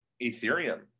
Ethereum